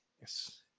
Yes